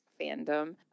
fandom